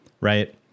right